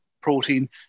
protein